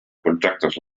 contractes